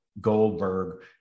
Goldberg